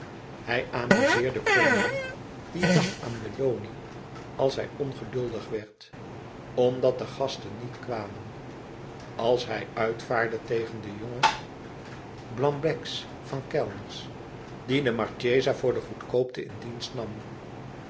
hij amuzeerde cornélie die dacht aan belloni als hij ongeduldig werd omdat de gasten niet kwamen als hij uitvaarde tegen de jonge blanc becs van kellners die de marchesa voor de goedkoopte in dienst nam